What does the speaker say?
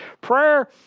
Prayer